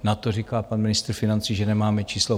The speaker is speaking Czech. Na to říká pan ministr financí, že nemáme čísla.